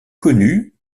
connue